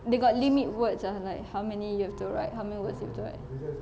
they got limit words ah like how many you have to write how many words you have to write